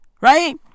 Right